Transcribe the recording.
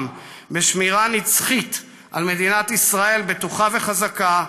בשמירה נצחית על מדינת ישראל בטוחה וחזקה,